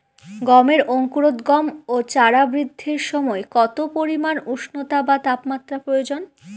গমের অঙ্কুরোদগম ও চারা বৃদ্ধির সময় কত পরিমান উষ্ণতা বা তাপমাত্রা প্রয়োজন?